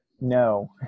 No